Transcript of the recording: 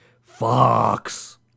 Fox